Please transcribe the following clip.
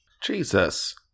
Jesus